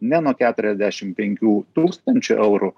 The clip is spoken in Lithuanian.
ne nuo keturiasdešim penkių tūkstančių eurų